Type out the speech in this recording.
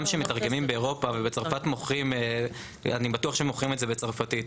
גם כשמתרגמים באירופה ובצרפת - אני בטוח שמוכרים את זה בצרפתית,